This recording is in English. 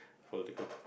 political